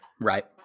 Right